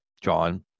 John